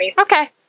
Okay